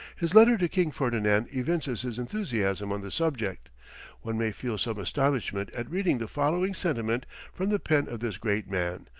his letter to king ferdinand evinces his enthusiasm on the subject one may feel some astonishment at reading the following sentiment from the pen of this great man,